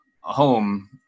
home